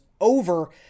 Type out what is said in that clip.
over